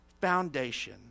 foundation